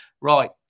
Right